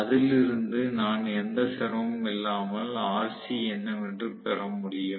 அதிலிருந்து நான் எந்த சிரமமும் இல்லாமல் Rc என்னவென்று பெற முடியும்